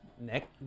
neck